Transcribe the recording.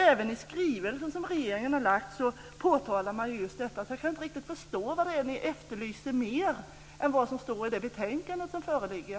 Även i regeringens skrivelse påtalar man just detta, så jag kan inte riktigt förstå vad mer det är ni efterlyser än det som står i det betänkande som föreligger.